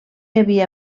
havia